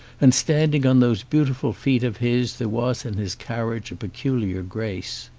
and standing on those beautiful feet of his there was in his carriage a peculiar grace.